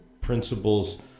principles